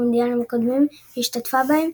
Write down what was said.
במונדיאלים הקודמים שהשתתפה בהם,